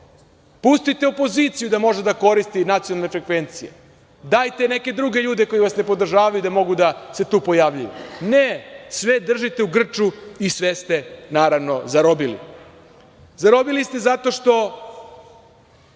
ocene. Pustite opoziciju da može da koristi nacionalne frekvencije. Dajte neke druge ljudi koji vas ne podržavaju da mogu da se tu pojavljuju. Ne, sve držite u grču i sve ste naravno zarobili. Zarobili ste zato što